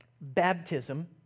baptism